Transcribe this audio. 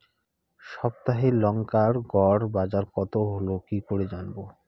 সপ্তাহে লংকার গড় বাজার কতো হলো কীকরে জানবো?